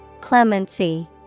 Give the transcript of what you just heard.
Clemency